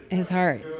his heart.